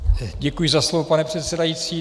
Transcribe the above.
Děkuji za slovo, pane předsedající.